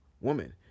woman